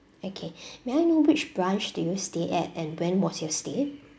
okay may I know which branch do you stay at and when was your stay